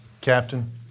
Captain